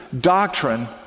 doctrine